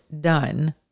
done